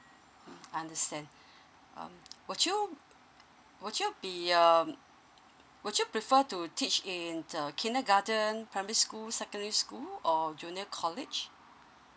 mm understand um would you would you be um would you prefer to teach in kindergarten primary school secondary school or junior college